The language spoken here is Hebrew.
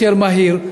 יותר מהיר,